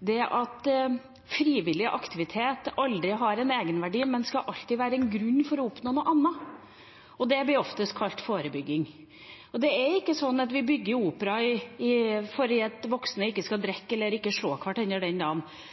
om at frivillig aktivitet aldri har en egenverdi, men alltid skal være en grunn for å oppnå noe annet. Det blir oftest kalt forebygging. Det er ikke sånn at vi bygger en opera fordi de voksne ikke skal drikke eller ikke skal slå hverandre den dagen.